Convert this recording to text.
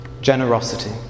Generosity